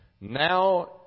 Now